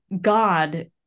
God